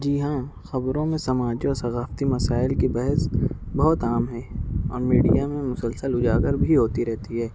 جی ہاں خبروں میں سماجی و ثقافتی مسائل کی بحث بہت عام ہے اور میڈیا میں مسلسل اجاگر بھی ہوتی رہتی ہے